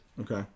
Okay